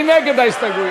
מי נגד ההסתייגויות?